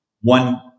one